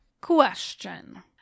question